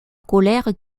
colère